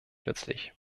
nützlich